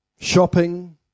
Shopping